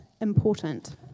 important